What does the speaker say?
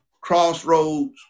Crossroads